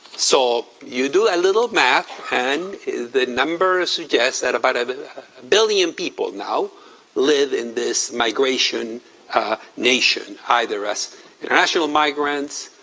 so, you do a little math and the number suggest that about a billion people now live in this migration nation, either as international migrants,